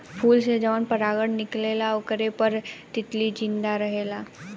फूल से जवन पराग निकलेला ओकरे पर तितली जिंदा रहेले